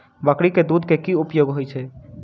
बकरी केँ दुध केँ की उपयोग होइ छै?